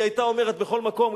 היא היתה אומרת בכל מקום,